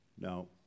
No